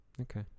Okay